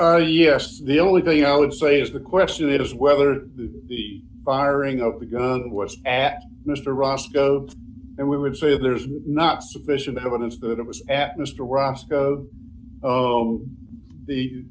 sam yes the only thing i would say is the question is whether the firing of the gun was at mr roscoe and we would say there is not sufficient evidence that it was at mr roscoe of the